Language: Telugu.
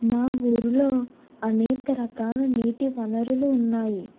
మా ఊరిలో అనేక రకాల నీటి వనరులు ఉన్నాయి